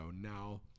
Now